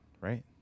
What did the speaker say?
right